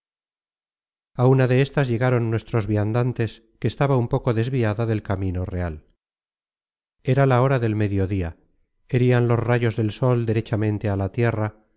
a una de estas llegaron nuestros viandantes que estaba un poco desviada del camino real era la hora del mediodía herian los rayos del sol derechamente á la tierra